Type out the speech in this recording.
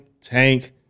Tank